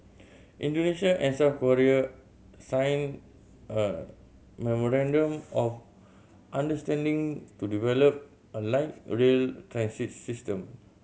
Indonesia and South Korea signed a memorandum of understanding to develop a light rail transit system